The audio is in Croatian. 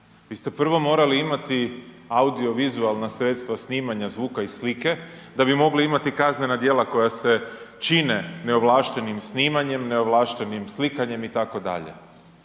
Vi ste prvo morali imati audiovizualna sredstva snimanja zvuka i slike da bi mogli imati kaznena djela koja se čine neovlaštenim snimanjem, neovlaštenim slikanjem, itd.